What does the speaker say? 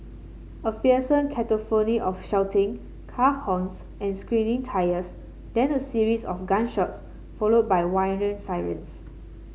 a fearsome cacophony of shouting car horns and screeching tyres then a series of gunshots followed by sirens